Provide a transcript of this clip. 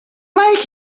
like